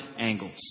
angles